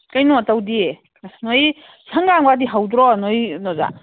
ꯀꯩꯅꯣ ꯇꯧꯗꯤꯌꯦ ꯑꯁ ꯅꯣꯒꯤ ꯍꯧꯗ꯭ꯔꯣ ꯅꯣꯏꯒꯤ ꯀꯩꯅꯣꯗ